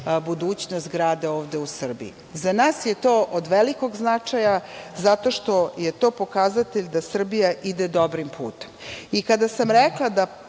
budućnost grade ovde u Srbiji. Za nas je to od velikog značaja, zato što je to pokazatelj da Srbija ide dobrim putem. Kada sam rekla da